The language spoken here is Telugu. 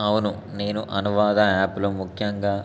అవును నేను అనువాద యాప్లో ముఖ్యంగా